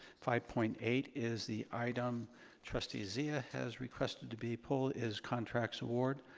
five point eight is the item trustee zia has requested to be pulled is contracts award.